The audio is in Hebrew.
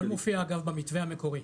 אגב, הכול מופיע במתווה המקורי,